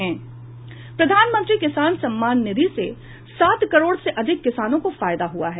प्रधानमंत्री किसान सम्मान निधि से सात करोड़ से अधिक किसानों को फायदा हुआ है